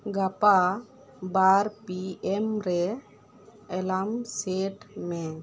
ᱜᱟᱯᱟ ᱵᱟᱨ P M ᱨᱮ ᱮᱞᱟᱨᱢ ᱥᱮᱴ ᱢᱮ